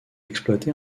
exploité